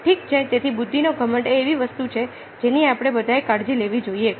ઠીક છે તેથી બુદ્ધિનો ઘમંડ એ એવી વસ્તુ છે જેની આપણે બધાએ કાળજી લેવી જોઈએ